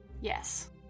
Yes